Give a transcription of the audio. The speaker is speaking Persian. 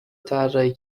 طراحی